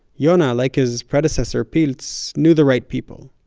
yona, like his predecessor pilz, knew the right people.